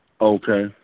Okay